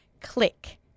Click